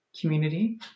community